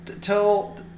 tell